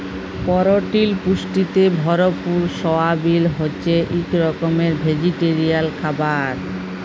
পরটিল পুষ্টিতে ভরপুর সয়াবিল হছে ইক রকমের ভেজিটেরিয়াল খাবার